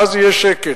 ואז יהיה שקט.